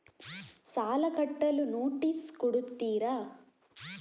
ಸಾಲ ಕಟ್ಟಲು ನೋಟಿಸ್ ಕೊಡುತ್ತೀರ?